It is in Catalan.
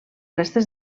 restes